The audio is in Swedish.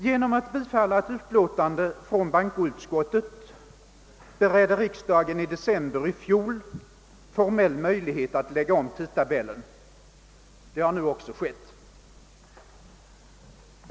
Genom att bifalla ett förslag av bankoutskottet beredde riksdagen i december i fjol formell möjlighet att lägga om tidtabellen. Det har nu också skett.